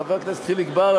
חבר הכנסת חיליק בר,